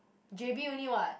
J_B only what